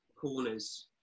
corners